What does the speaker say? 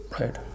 Right